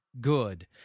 good